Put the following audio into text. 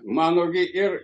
mano gi ir